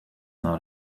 not